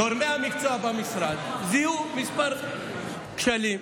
גורמי המקצוע במשרד זיהו כמה כשלים.